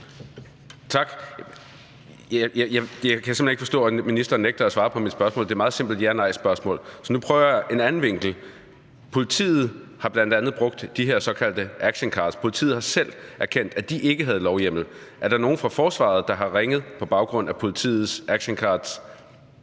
Tak. Jeg kan simpelt hen ikke forstå, at ministeren nægter at svare på mit spørgsmål. Det er et meget simpelt ja-nej-spørgsmål. Så nu prøver jeg en anden vinkel. Politiet har bl.a. brugt de her såkaldte actioncards. Politiet har selv erkendt, at de ikke havde lovhjemmel. Er der nogen fra forsvaret, der har ringet på baggrund af politiets actioncards?